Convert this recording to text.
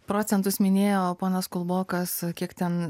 procentus minėjo ponas kulbokas kiek ten